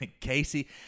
Casey